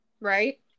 right